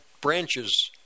branches